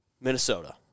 Minnesota